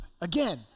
again